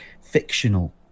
fictional